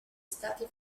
stati